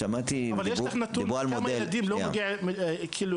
שמעתי --- יש נתון לגבי כמות הילדים שלא מקבלים חיסון?